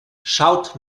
schaut